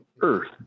earth